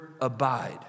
abide